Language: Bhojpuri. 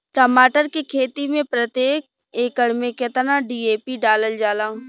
टमाटर के खेती मे प्रतेक एकड़ में केतना डी.ए.पी डालल जाला?